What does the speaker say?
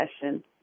session